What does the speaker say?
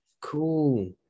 cool